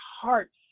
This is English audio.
hearts